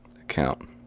account